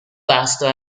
vasto